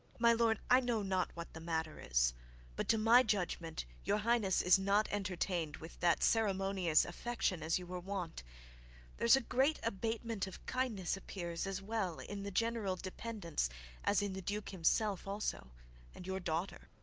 my lord, i know not what the matter is but to my judgment your highness is not entertained with that ceremonious affection as you were wont there's a great abatement of kindness appears as well in the general dependants as in the duke himself also and your daughter.